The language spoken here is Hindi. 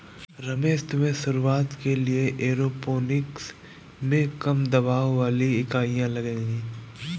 रमेश तुम्हें शुरुआत के लिए एरोपोनिक्स में कम दबाव वाली इकाइयां लगेगी